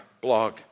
blog